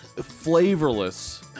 flavorless